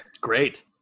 Great